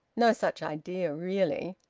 no such idea really.